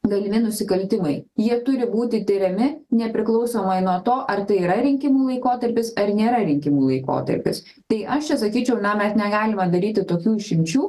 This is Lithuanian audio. galimi nusikaltimai jie turi būti tiriami nepriklausomai nuo to ar tai yra rinkimų laikotarpis ar nėra rinkimų laikotarpis tai aš čia sakyčiau na mes negalime daryti tokių išimčių